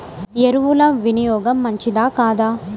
ఎరువుల వినియోగం మంచిదా కాదా?